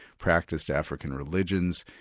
practiced african religions,